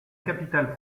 capitale